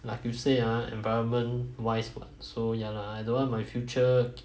like you say ah environment wise what so ya lah I don't want my future